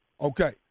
Okay